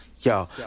Yo